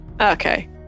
Okay